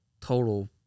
total